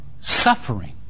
suffering